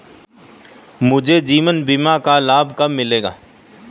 मुझे जीवन बीमा का लाभ कब मिलेगा?